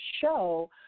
show